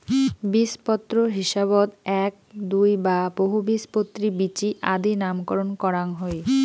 বীজপত্রর হিসাবত এ্যাক, দুই বা বহুবীজপত্রী বীচি আদি নামকরণ করাং হই